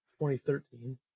2013